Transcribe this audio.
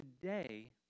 Today